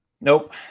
Nope